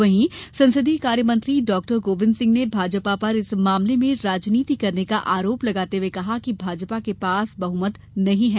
वहीं संसदीय कार्य मंत्री डॉ गोविंद सिंह ने भाजपा पर इस मामले में राजनीति करने का आरोप लगाते हुए कहा कि भाजपा के पास बहुमत नहीं है